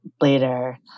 later